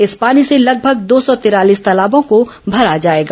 इस पानी से लगभग दो सौ तिरालीस तालाबों को भरा जाएगा